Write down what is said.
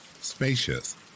spacious